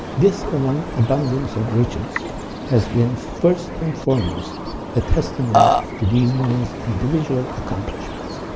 this ah one abundance of riches has been first and foremost a testimony to these women's individual accomplishments.